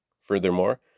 Furthermore